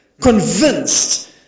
convinced